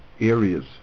areas